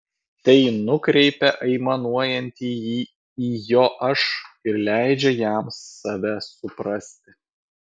tai nukreipia aimanuojantįjį į jo aš ir leidžia jam save suprasti